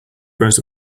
grows